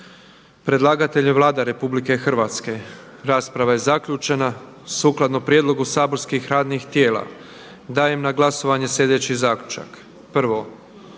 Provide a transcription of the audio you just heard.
Predlagatelj je Vlada Republike Hrvatske. Rasprava je zaključena. Sukladno prijedlogu saborskih radnih tijela dajem na glasovanje sljedeći Zaključak: „1.